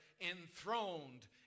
enthroned